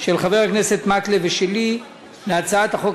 של חבר הכנסת מקלב ושלי להצעת החוק